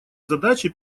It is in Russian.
задачи